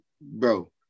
bro